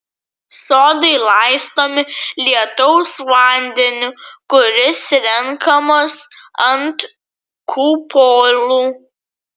sodai laistomi lietaus vandeniu kuris renkamas ant kupolų